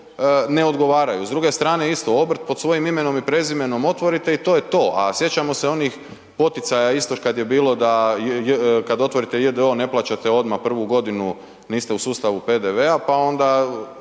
ne odgovaraju. S druge strane isto, obrt pod svojim imenom i prezimenom otvorite i to je to, a sjećamo se onih poticaja isto kad je bilo kad otvorite j.d.o. ne plaćate odmah, prvu godinu niste u sustavu PDV-a, pa je